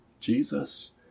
Jesus